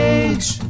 age